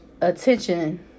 attention